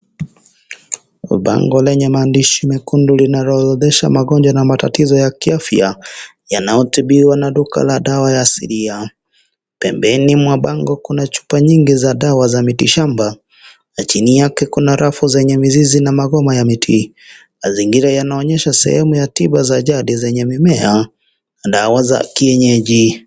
Kwa bango lenye maandishi mekundu linaloorodhesha magonjwa na matatizo ya kiafya yanayotibiwa na dawa ya duka la asilia. Pembeni kuna bango la chupa nyingi za dawa ya mitishamba na chini yake kuna rafu zenye mizizi na magoma ya miti. Mazingira yanaonyesha sehemu ya tiba za jadi zenye mimea na dawa za kienyeji.